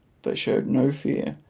they showed no fear,